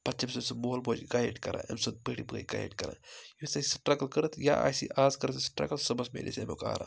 پَتہٕ چھِ أمۍ سٕنٛدۍ سُہ مول موج گایِڈ کَران أمۍ سُنٛد بٔڑۍ بٔڑۍ گایِڈ کَران یُس اَسہِ سٹرٛگٕل کٔرِتھ یا آسہِ اَز کٔرِتھ سٹرٛگٕل صُبحَس ملہِ أسۍ اَمیُک آرام